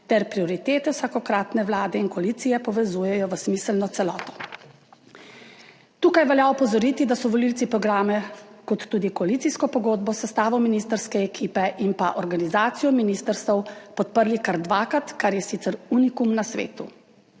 ter prioritete vsakokratne vlade in koalicije povezujejo v smiselno celoto. Tukaj velja opozoriti, da so volivci programe kot tudi koalicijsko pogodbo s sestavo ministrske ekipe in pa organizacijo ministrstev podprli kar dvakrat, kar je sicer unikum na svetu.